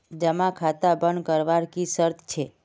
जमा खाता बन करवार की शर्त छे?